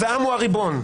העם הוא הריבון,